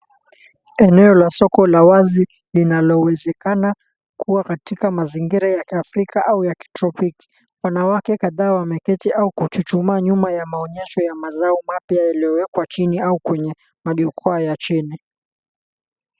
Eneo la soko la wazi linalowezekana kua katika mazingira ya kiafrika au ya kitropiki. Wanawake kadhaa wameketi au kuchuchumaa nyuma ya maonyesho ya mazao mapya yaliyowekwa chini au kwenye majukwaa ya chini.